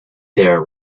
there